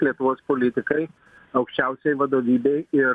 lietuvos politikai aukščiausioj vadovybėj ir